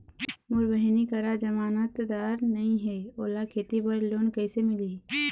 मोर बहिनी करा जमानतदार नई हे, ओला खेती बर लोन कइसे मिलही?